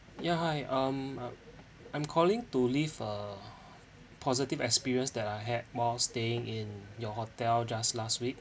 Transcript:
yeah hi um I'm calling to leave a positive experience that I had while staying in your hotel just last week